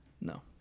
No